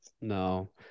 No